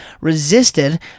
resisted